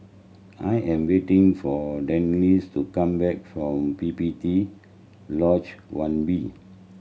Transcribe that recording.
I am waiting for Denice to come back from P P T Lodge One B